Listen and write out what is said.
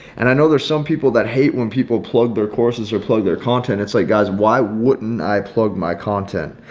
and i know there's some people that hate when people plug their courses or plug their content. it's like guys, why wouldn't i plug my content?